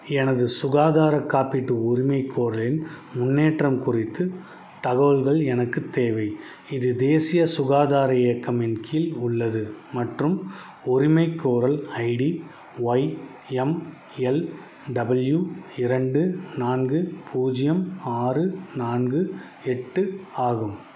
எனது சுகாதாரக் காப்பீட்டு உரிமைக்கோரலின் முன்னேற்றம் குறித்து தகவல்கள் எனக்குத் தேவை இது தேசிய சுகாதார இயக்கம் இன் கீழ் உள்ளது மற்றும் உரிமைக்கோரல் ID Y M L W இரண்டு நான்கு பூஜ்ஜியம் ஆறு நான்கு எட்டு ஆகும்